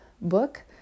book